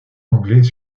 anglais